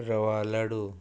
रवा लाडू